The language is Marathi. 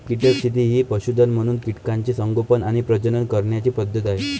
कीटक शेती ही पशुधन म्हणून कीटकांचे संगोपन आणि प्रजनन करण्याची पद्धत आहे